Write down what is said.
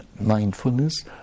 mindfulness